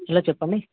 hello చెప్పండి